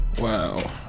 Wow